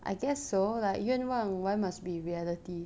I guess so like 愿望 why must be reality